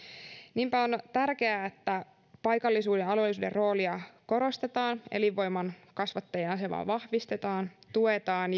niinpä on on tärkeää että paikallisuuden alueellisuuden roolia korostetaan asemaa elinvoiman kasvattajana vahvistetaan tuetaan